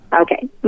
Okay